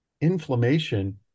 Inflammation